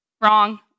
Wrong